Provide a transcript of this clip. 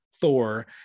Thor